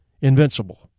invincible